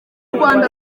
rwanda